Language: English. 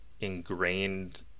ingrained